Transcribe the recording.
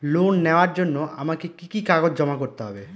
Loan নেওয়ার জন্য আমাকে কি কি কাগজ জমা করতে হবে?